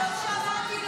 לא שמעתי,